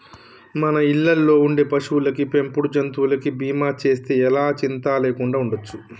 మన ఇళ్ళల్లో ఉండే పశువులకి, పెంపుడు జంతువులకి బీమా చేస్తే ఎలా చింతా లేకుండా ఉండచ్చు